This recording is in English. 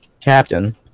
Captain